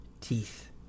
teeth